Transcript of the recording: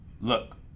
look